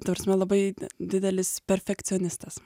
ta prasme labai didelis perfekcionistas